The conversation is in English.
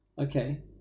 Okay